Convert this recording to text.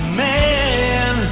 man